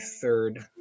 third